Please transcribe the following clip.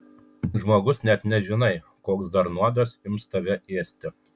žmogus net nežinai koks dar nuodas ims tave ėsti